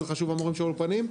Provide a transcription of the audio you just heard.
זה חשוב המורים של האולפנים,